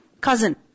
cousin